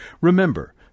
Remember